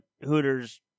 Hooters